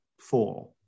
four